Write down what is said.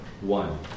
one